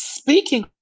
Speaking